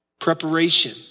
Preparation